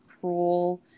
cruel